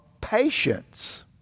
patience